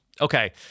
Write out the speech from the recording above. Okay